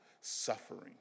suffering